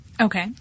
Okay